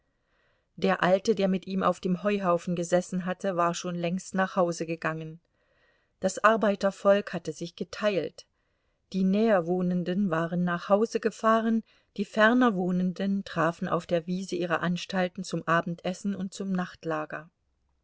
der alte der mit ihm auf dem heuhaufen gesessen hatte war schon längst nach hause gegangen das arbeitervolk hatte sich geteilt die näherwohnenden waren nach hause gefahren die fernerwohnenden trafen auf der wiese ihre anstalten zum abendessen und zum nachtlager